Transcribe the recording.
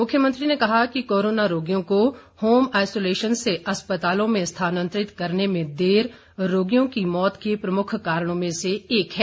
मुख्यमंत्री ने कहा कि कोरोना रोगियों को होम आईसोलेशन से अस्पतालों में स्थानांतरित करने में देर रोगियों की मौत के प्रमुख कारणों में से एक है